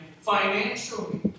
financially